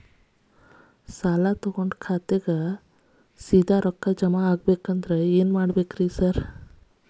ಸಾಲದ ಖಾತೆಗೆ ಡೈರೆಕ್ಟ್ ರೊಕ್ಕಾ ಜಮಾ ಆಗ್ಬೇಕಂದ್ರ ಏನ್ ಮಾಡ್ಬೇಕ್ ಸಾರ್?